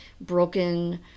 broken